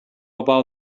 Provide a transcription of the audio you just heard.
about